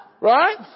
right